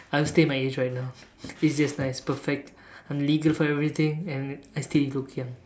I'll stay my age right now it is just nice perfect I'm legal for everything and I still look young